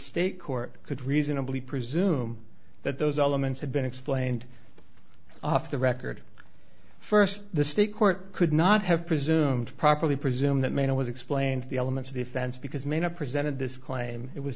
state court could reasonably presume that those elements had been explained off the record first the state court could not have presume to properly presume that manner was explained the elements of the offense because may not presented this claim it was